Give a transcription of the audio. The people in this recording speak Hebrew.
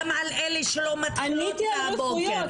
על אלה שלא מתחילות הבוקר.